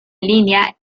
línea